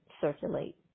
circulate